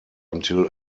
until